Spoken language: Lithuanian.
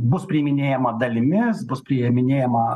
bus priiminėjama dalimis bus priiminėjama